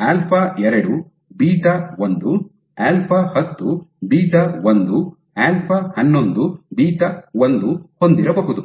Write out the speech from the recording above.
β1 alpha ಎರಡು beta ಒಂದು α2 β1 alpha ಹತ್ತು ಬೀಟಾ ಒಂದು α10β1 ಆಲ್ಫಾ ಹನ್ನೊಂದು ಬೀಟಾ ಒಂದು α11β1 ಹೊಂದಿರಬಹುದು